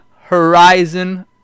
Horizon